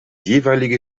jeweilige